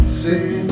see